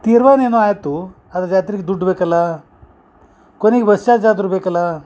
ತೀರ್ಮಾನ ಏನೋ ಆಯಿತು ಅದ ಜಾತ್ರಿಗ ದುಡ್ಡ ಬೇಕಲ್ಲ ಕೊನಿಗ ಬಸ್ ಚಾರ್ಜ್ ಆದರೂ ಬೇಕಲ್ಲ